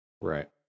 right